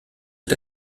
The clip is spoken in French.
est